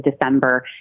December